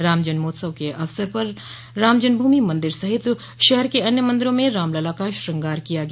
राम जन्मोत्सव के अवसर पर राम जन्मभूमि मन्दिर सहित शहर के अन्य मन्दिरों में रामलला का श्रगार किया गया